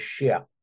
ship